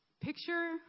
Picture